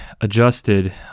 adjusted